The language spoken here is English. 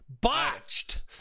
Botched